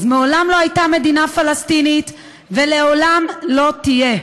אז מעולם לא הייתה מדינה פלסטינית ולעולם לא תהיה.